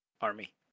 army